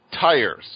tires